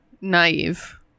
naive